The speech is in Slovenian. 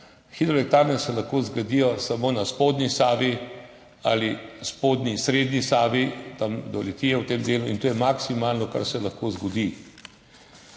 Hidroelektrarne se lahko zgradijo samo na spodnji Savi ali spodnji srednji Savi, tam do Litije v tem delu, in to je maksimalno, kar se lahko zgodi.